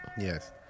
Yes